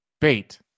Bait